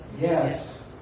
Yes